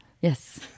Yes